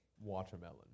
watermelon